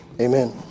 Amen